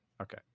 Okay